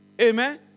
Amen